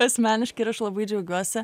asmeniški ir aš labai džiaugiuosi